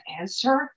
answer